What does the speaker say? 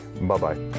Bye-bye